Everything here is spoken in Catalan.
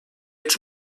ets